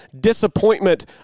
disappointment